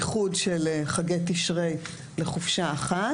איחוד של חגי תשרי לחופשה אחת,